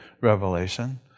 revelation